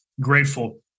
grateful